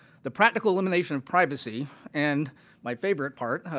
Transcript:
the practical elimination of privacy and my favorite part,